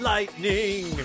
Lightning